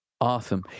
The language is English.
Awesome